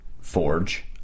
Forge